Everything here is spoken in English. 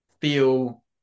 feel